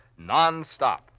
nonstop